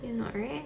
you're not right